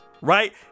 right